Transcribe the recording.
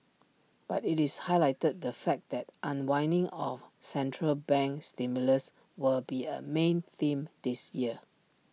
but IT highlighted the fact that unwinding of central bank stimulus will be A main theme this year